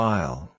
File